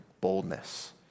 boldness